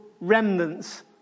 remnants